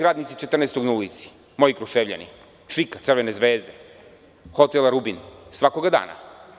Radnici četranestog su na ulici, moji Kruševljani, ČIK-a Crvene Zvezde, hotela Rubin, svakoga dana.